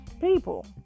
people